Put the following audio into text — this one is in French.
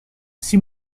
six